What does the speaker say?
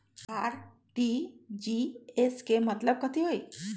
RTGS के मतलब कथी होइ?